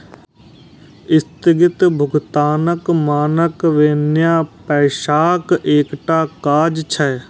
स्थगित भुगतानक मानक भेनाय पैसाक एकटा काज छियै